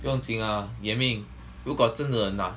不用紧 ah yan ming 如果真的拿